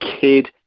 kid